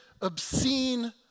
obscene